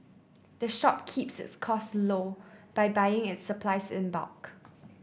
the shop keeps its costs low by buying its supplies in bulk